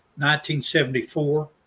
1974